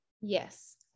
yes